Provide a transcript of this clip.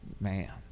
Man